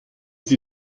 sie